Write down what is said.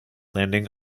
landing